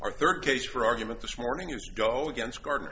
our third case for argument this morning is go against gard